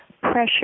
pressure